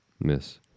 Miss